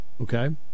Okay